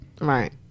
right